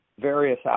various